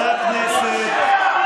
אתה פושע.